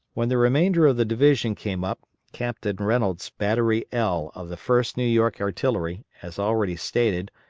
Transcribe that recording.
when the remainder of the division came up, captain reynolds' battery l of the first new york artillery, as already stated,